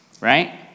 right